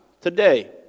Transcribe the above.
today